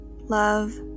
love